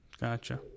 Gotcha